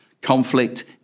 Conflict